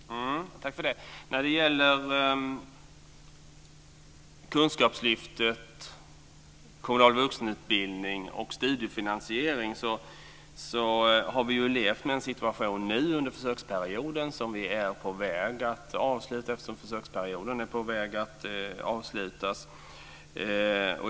Fru talman! När det gäller Kunskapslyftet, kommunal vuxenutbildning och studiefinansiering så har vi levt med en situation nu under försöksperioden som vi är på väg att avsluta, eftersom försöksperioden är på väg att avslutas.